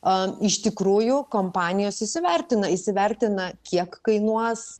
o iš tikrųjų kompanijos įsivertina įsivertina kiek kainuos